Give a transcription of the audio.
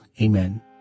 Amen